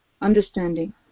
understanding